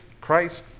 Christ